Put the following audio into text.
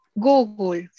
Google